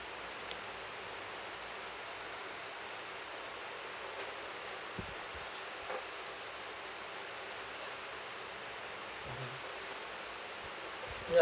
ya